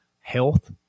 health